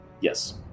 yes